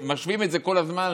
ומשווים את זה כל הזמן,